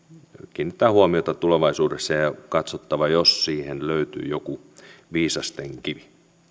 kiinnittää huomiota tulevaisuudessa ja ja katsottava jos siihen löytyy joku viisasten kivi